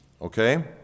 okay